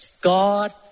God